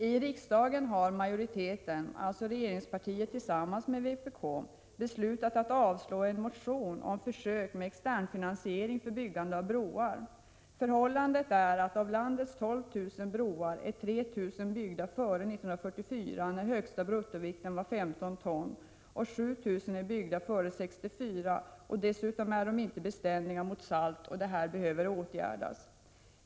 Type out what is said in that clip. I riksdagen har majoriteten, alltså regeringspartiet tillsammans med vpk, beslutat att avslå en motion om försök med externfinansiering för byggande av broar. Förhållandet är att av landets 12 000 broar är 3 000 byggda före 1944, då högsta bruttovikten var 15 ton. 7 000 är byggda före 1964. Dessutom är broarna inte beständiga mot salt. Detta behöver åtgärdas.